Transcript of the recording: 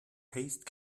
paste